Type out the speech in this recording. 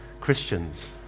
Christians